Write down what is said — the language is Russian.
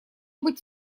быть